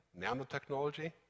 nanotechnology